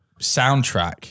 soundtrack